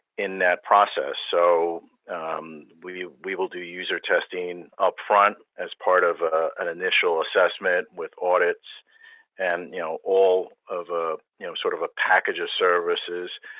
in that process. so we we will do user testing upfront as part of an initial assessment with audits and you know all of a you know sort of a package of services.